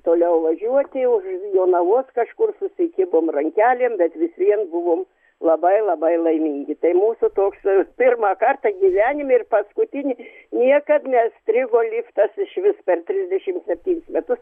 toliau važiuoti už jonavos kažkur susikibom rankelėm bet vis vien buvom labai labai laimingi tai mūsų toks pirmą kartą gyvenime ir paskutinį niekad nestrigo liftas išvis per trisdešim septynis metus